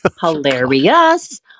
Hilarious